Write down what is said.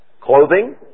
clothing